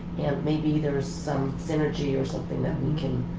and maybe there's some synergy or something that we can